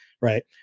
right